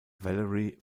valerie